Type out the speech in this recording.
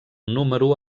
número